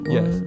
Yes